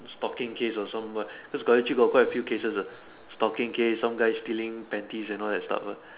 stalking case or somewhat cause actually got quite a few cases uh stalking case some guy stealing panties and all that stuff lah